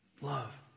Love